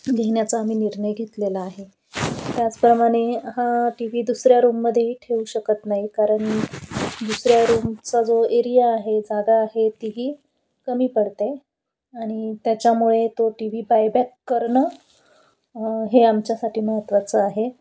घेण्याचा आम्ही निर्णय घेतलेला आहे त्याचप्रमाणे हा टी व्ही दुसऱ्या रूममध्येेही ठेऊ शकत नाही कारण दुसऱ्या रूम चा जो एरिया आहे जागा आहे तीही कमी पडते आणि त्याच्यामुळे तो टी व्ही बायबॅक करणं हे आमच्यासाठी महत्त्वाचं आहे